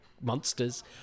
monsters